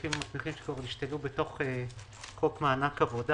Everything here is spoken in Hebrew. בסעיפים שבחוק מענק עבודה.